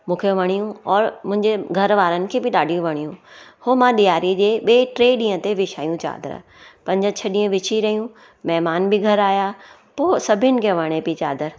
मूंखे वणियूं और मुंहिंजे घर वारनि खे बि ॾाढी वणियूं उहो मां ॾिआरी जे ॿिए टे ॾींहं ते विछायूं चादरु पंज छह ॾींहं विछी रहियूं महिमान बि घर आया पोइ सभिनि खे वणे पई चादरु